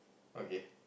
okay